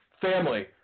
family